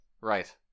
Right